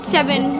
Seven